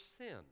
sin